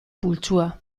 pultsua